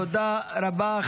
תודה רבה.